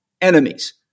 enemies